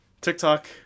tiktok